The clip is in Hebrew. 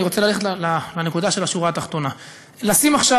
אני רוצה ללכת לנקודה של השורה התחתונה: לשים עכשיו